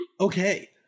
Okay